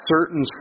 certain